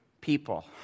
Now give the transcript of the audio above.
people